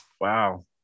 Wow